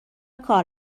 کار